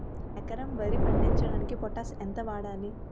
ఎకరం వరి పండించటానికి పొటాష్ ఎంత వాడాలి?